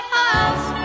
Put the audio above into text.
house